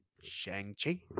Shang-Chi